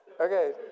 okay